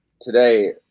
today